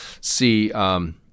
see